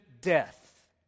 death